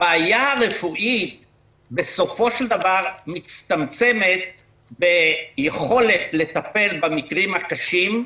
הבעיה הרפואית בסופו של דבר מצטמצמת ביכולת לטפל במקרים הקשים,